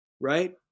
right